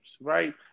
right